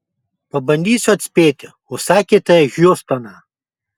pabandysiu atspėti užsakėte hjustoną